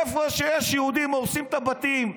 איפה שיש יהודים, הורסים את הבתים.